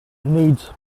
needs